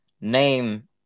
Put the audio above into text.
name